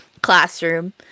classroom